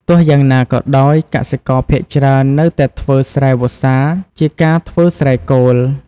ទោះយ៉ាងណាក៏ដោយ កសិករភាគច្រើននៅតែធ្វើស្រែវស្សាជាការធ្វើស្រែគោល។